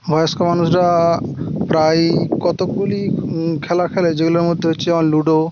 বয়স্ক মানুষরা প্রায়ই কতোকগুলি খেলা খেলে যেগুলোর মধ্যে হচ্ছে যেমন লুডো